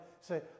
Say